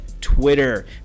Twitter